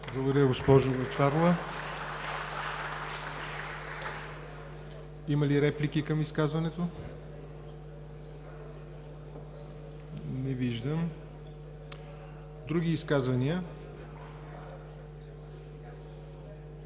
Благодаря, госпожо Бъчварова. Има ли реплики към изказването? Не виждам. Други изказвания?